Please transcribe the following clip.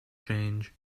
change